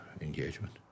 engagement